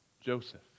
Joseph